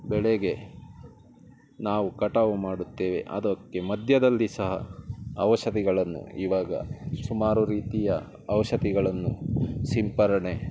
ಬೆಳೆಗೆ ನಾವು ಕಟಾವು ಮಾಡುತ್ತೇವೆ ಅದಕ್ಕೆ ಮಧ್ಯದಲ್ಲಿ ಸಹ ಔಷಧಿಗಳನ್ನು ಇವಾಗ ಸುಮಾರು ರೀತಿಯ ಔಷಧಿಗಳನ್ನು ಸಿಂಪಡಣೆ